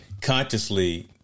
consciously